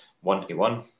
one-to-one